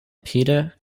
peter